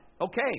Okay